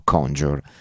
Conjure